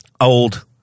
old